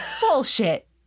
bullshit